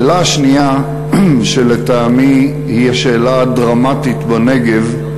השאלה השנייה, שלטעמי היא השאלה הדרמטית בנגב,